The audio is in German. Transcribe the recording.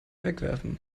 wegwerfen